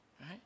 right